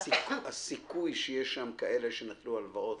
הסיכוי שיהיו שם כאלה שנטלו הלוואות